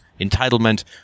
entitlement